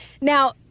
Now